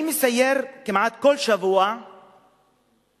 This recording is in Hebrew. אני מסייר כמעט כל שבוע בבית-ספר,